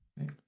Right